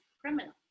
criminal